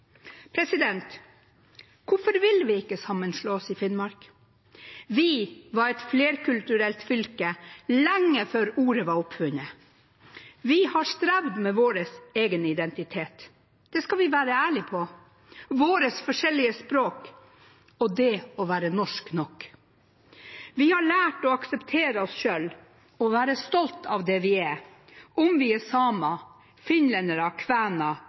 Hvorfor vil vi ikke sammenslås i Finnmark? Vi var et flerkulturelt fylke lenge før ordet var oppfunnet. Vi har strevd med vår egen identitet – det skal vi være ærlige om – våre forskjellige språk og det å være norsk nok. Vi har lært å akseptere oss selv og være stolt av det vi er, om vi er samer, finnlendere, kvener